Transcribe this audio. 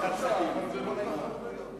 משהו כמו 15 16 שנה.